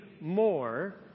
more